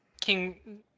King